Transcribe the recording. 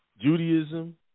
Judaism